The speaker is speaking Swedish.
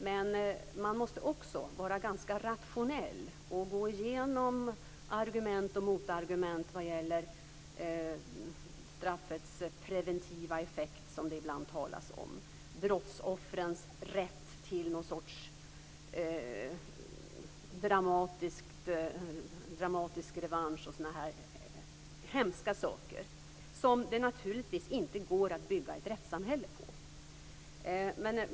Men man måste också vara ganska rationell och gå igenom argument och motargument vad gäller straffets preventiva effekt, som det ibland talas om, samt brottsoffrens "rätt" till någon sorts dramatisk revansch och sådana hemska saker som det naturligtvis inte går att bygga ett rättssamhälle på.